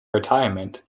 retirement